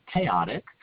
chaotic